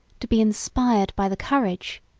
to be inspired by the courage,